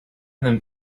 them